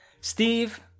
steve